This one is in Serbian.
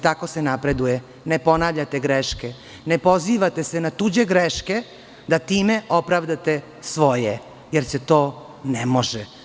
Tako se napreduje – ne ponavljate greške, ne pozivate se na tuđe greške da time opravdate svoje, jer se to ne može.